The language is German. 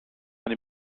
eine